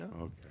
Okay